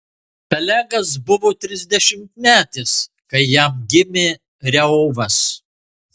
pelegas buvo trisdešimtmetis kai jam gimė reuvas